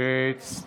כבוד שר הבריאות,